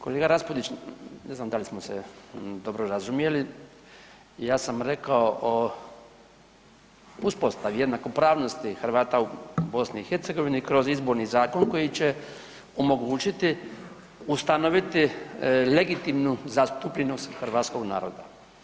Kolega Raspudić ne znam da li smo se dobro razumjeli ja sam rekao o uspostavi, jednakopravnosti Hrvata u BiH kroz izborni zakon koji će omogućiti ustanoviti legitimnu zastupljenost hrvatskog naroda.